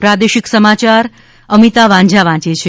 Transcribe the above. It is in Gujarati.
પ્રાદેશિક સમાચાર અમીતા વાઝાં વાચ છે